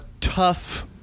tough